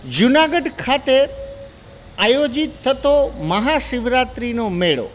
જુનાગઢ ખાતે આયોજિત થતો મહા શિવરાત્રીનો મેળો